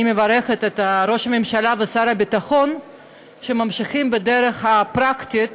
אני מברכת את ראש הממשלה ושר הביטחון שממשיכים בדרך הפרקטית